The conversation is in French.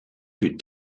plus